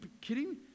kidding